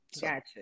Gotcha